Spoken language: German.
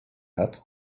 hat